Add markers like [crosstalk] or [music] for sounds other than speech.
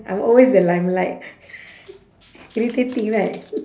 I'm always the limelight [laughs] irritating right